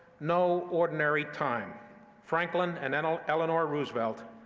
no ordinary time franklin and and um eleanor roosevelt,